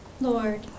Lord